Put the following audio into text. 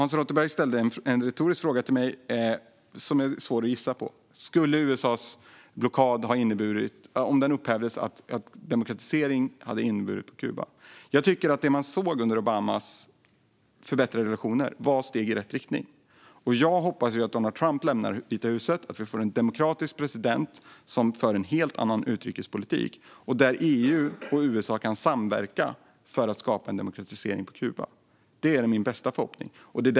Hans Rothenberg ställde en retorisk fråga till mig som är svår att gissa svaret på: Om USA:s blockad skulle upphävas, skulle det innebära en demokratisering på Kuba? Jag tycker att det man kunde se under Obamas tid i fråga om förbättrade relationer var steg i rätt riktning. Jag hoppas att Donald Trump lämnar Vita huset och att det blir en demokratisk president som för en helt annan utrikespolitik så att EU och USA kan samverka för att skapa en demokratisering på Kuba. Det är min bästa förhoppning.